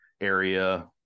area